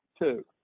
two